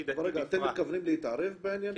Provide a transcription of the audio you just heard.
אתם מתכוונים להתערב בעניין של אגף שח"ר?